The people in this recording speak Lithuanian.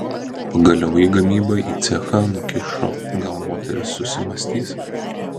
pagaliau į gamybą į cechą nukišo gal moteris susimąstys